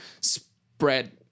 spread